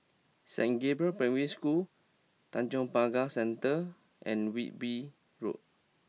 Saint Gabriel's Primary School Tanjong Pagar Centre and Wilby Road